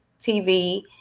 TV